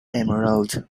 emerald